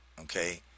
okay